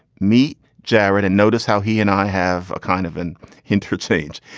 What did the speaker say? meet jared and notice how he and i have a kind of an interchange.